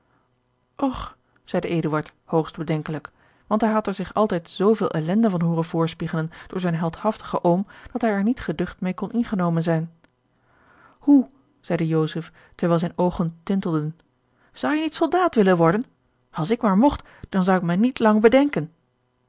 och zeide eduard hoogst bedenkelijk want hij had er zich altijd zooveel ellende van hooren voorspiegelen door zijn heldhaftigen oom dat hij er niet geducht meê kon ingenomen zijn hoe zeide joseph terwijl zijne oogen tintelden zou je niet soldaat willen worden als ik maar mogt dan zou ik mij niet lang bedenken